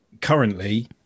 currently